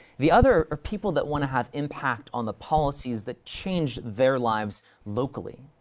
the other are people that want to have impact on the policies that change their lives locally.